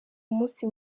umunsi